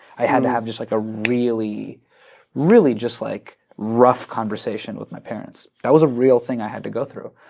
i had to have just like a really really like rough conversation with my parents. that was a real thing i had to go through.